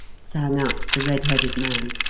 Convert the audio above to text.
sang out the red-headed man.